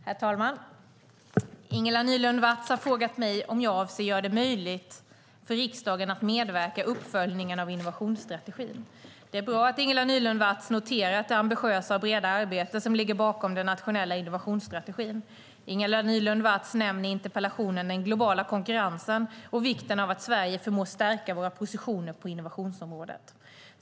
Herr talman! Ingela Nylund Watz har frågat mig om jag avser att göra det möjligt för riksdagen att medverka i uppföljningen av innovationsstrategin. Det är bra att Ingela Nylund Watz noterat det ambitiösa och breda arbete som ligger bakom den nationella innovationsstrategin. Ingela Nylund Watz nämner i interpellationen den globala konkurrensen och vikten av att Sverige förmår stärka våra positioner på innovationsområdet.